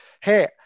hey